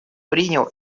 принял